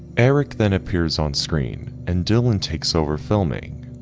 eric then appears on screen and dylan takes over filming.